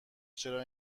چرا